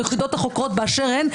היחידות החוקרות באשר הן,